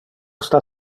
sta